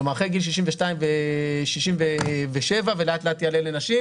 כלומר, אחרי גיל 62 ו-67 ולאט לאט יעלה לנשים.